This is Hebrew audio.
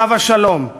עליו השלום,